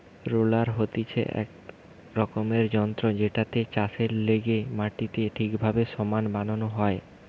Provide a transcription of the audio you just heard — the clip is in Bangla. রোলার হতিছে এক রকমের যন্ত্র জেটাতে চাষের লেগে মাটিকে ঠিকভাবে সমান বানানো হয়